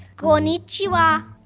konnichiwa